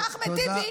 שאחמד טיבי,